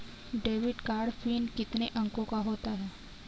Debit card PIN कितने अंकों का होता है?